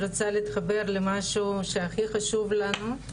אני רוצה להתחבר עם משהו שהכי חשוב לנו.